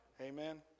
Amen